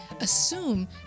assume